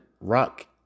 rock